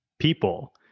People